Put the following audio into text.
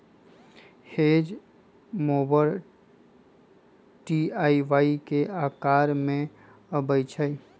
hedge mower T आ Y के अकार में अबई छई